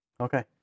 Okay